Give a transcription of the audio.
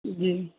جی